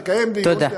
היא תקיים דיון,